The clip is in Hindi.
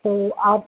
तो आप